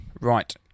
Right